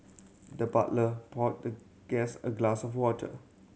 the butler poured the guest a glass of water